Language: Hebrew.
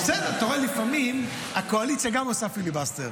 אתה רואה , לפעמים, הקואליציה גם עושה פיליבסטר.